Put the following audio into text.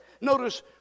Notice